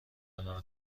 آنرا